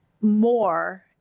more